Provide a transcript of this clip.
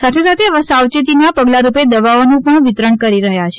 સાથે સાથે સાવચેતીના પગલાંરૂપે દવાઓનું પણ વિતરણ કરી રહ્યા છે